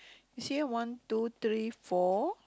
you see ah one two three four